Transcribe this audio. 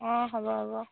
অঁ হ'ব হ'ব